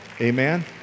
amen